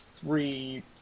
three